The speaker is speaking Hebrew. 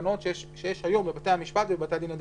בתקנות בתי-המשפט ובתי הדין האחרים.